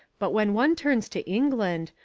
but when one turns to england,